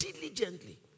diligently